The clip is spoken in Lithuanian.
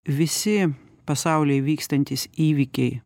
visi pasauly vykstantys įvykiai